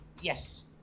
Yes